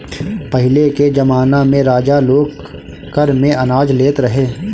पहिले के जमाना में राजा लोग कर में अनाज लेत रहे